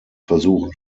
versuchen